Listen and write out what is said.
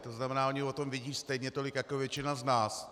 To znamená, oni o tom vědí stejně tolik jako většina z nás.